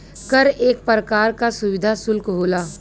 कर एक परकार का सुविधा सुल्क होला